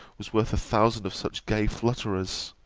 was worth a thousand of such gay flutterers.